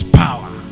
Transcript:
power